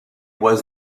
was